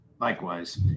Likewise